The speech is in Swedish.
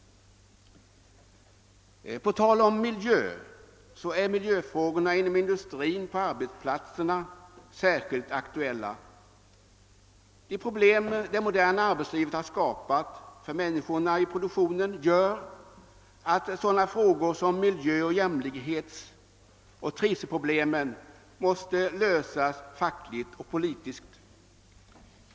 På tal om miljö är miljöfrågorna på arbetsplatserna särskilt aktuella. De problem det moderna arbetslivet har skapat för människorna i produktionen gör att miljö-, jämlikhetsoch trivselfrågor måste lösas fackligt och politiskt.